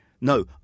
No